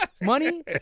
money